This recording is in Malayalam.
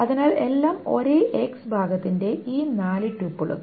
അതിനാൽ എല്ലാം ഒരേ X ഭാഗത്തിന്റെ ഈ നാല് ട്യൂപ്പുകൾ